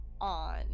on